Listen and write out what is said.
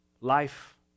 life